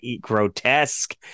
grotesque